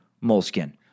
moleskin